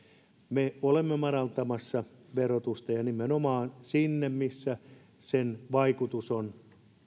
me olemme madaltamassa verotusta ja nimenomaan sinne missä sen vaikutus on